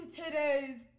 today's